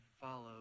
follow